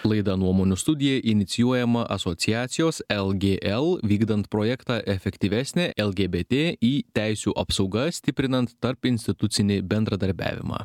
laida nuomonių studija inicijuojama asociacijos lgl vykdant projektą efektyvesnė lgbt į teisių apsauga stiprinant tarpinstitucinį bendradarbiavimą